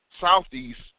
Southeast